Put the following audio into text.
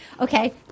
Okay